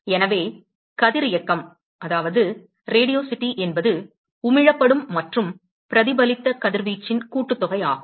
எனவே கதிரியக்கம் என்பது உமிழப்படும் மற்றும் பிரதிபலித்த கதிர்வீச்சின் கூட்டுத்தொகையாகும்